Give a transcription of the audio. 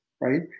right